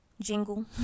jingle